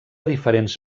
diferents